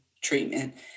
treatment